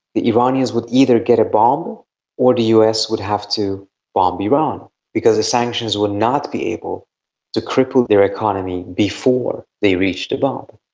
the iranians would either get a bomb or the us would have to bomb iran because the sanctions would not be able to cripple their economy before they reached a bomb.